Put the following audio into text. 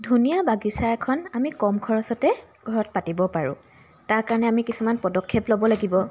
ধুনীয়া বাগিচা এখন আমি কম খৰচতে ঘৰত পাতিব পাৰোঁ তাৰ কাৰণে আমি কিছুমান পদক্ষেপ ল'ব লাগিব